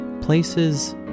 places